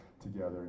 together